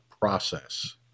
process